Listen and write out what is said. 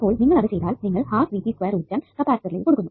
അപ്പോൾ നിങ്ങൾ അത് ചെയ്താൽ നിങ്ങൾ ഊർജ്ജം കപ്പാസിറ്ററിലേക്ക് കൊടുത്തു